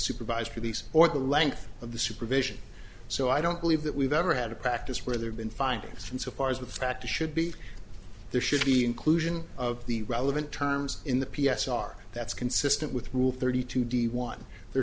supervised release or the length of the supervision so i don't believe that we've ever had a practice where there have been findings from so far as the fact should be there should be inclusion of the relevant terms in the p s r that's consistent with rule thirty two d one there